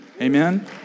Amen